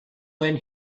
when